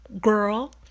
girl